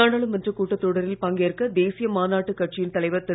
நாடாளுமன்றக் கூட்டத்தொடரில் பங்கேற்க தேசிய மாநாட்டுக் கட்சியின் தலைவர் திரு